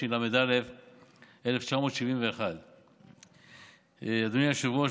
התשל"א 1971. אדוני היושב-ראש,